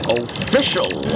official